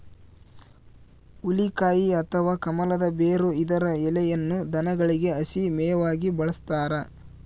ಹುಲಿಕಾಯಿ ಅಥವಾ ಕಮಲದ ಬೇರು ಇದರ ಎಲೆಯನ್ನು ದನಗಳಿಗೆ ಹಸಿ ಮೇವಾಗಿ ಬಳಸ್ತಾರ